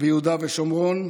ביהודה ושומרון.